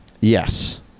Yes